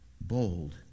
bold